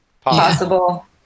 possible